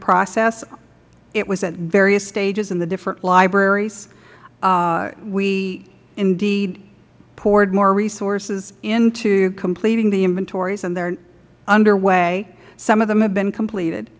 process it was at various stages in the different libraries we indeed poured more resources into completing the inventories and they are underway some of them have been completed